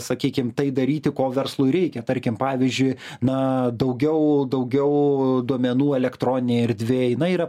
sakykim tai daryti ko verslui reikia tarkim pavyzdžiui na daugiau daugiau duomenų elektroninėj erdvėj na yra